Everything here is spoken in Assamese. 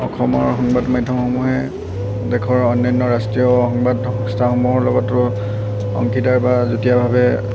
অসমৰ সংবাদ মাধ্যমসমূহে দেশৰ অনান্য ৰাষ্ট্ৰীয় সংবাদ সংস্থাসমূহৰ লগতো অংশীদাৰ বা যুতিয়াভাৱে